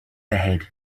ahead